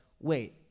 wait